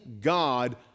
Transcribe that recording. God